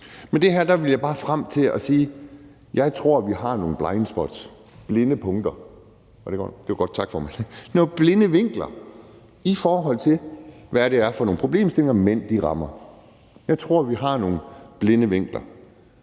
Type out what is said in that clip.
Med det her vil jeg bare frem til at sige, at jeg tror, vi har nogle blindspots, altså nogle blinde vinkler, i forhold til hvad det er for nogle problemstillinger, mænd rammer. Jeg tror, vi har nogle blinde vinkler, og